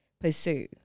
pursue